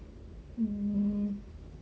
mm